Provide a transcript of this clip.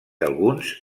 alguns